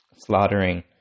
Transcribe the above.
slaughtering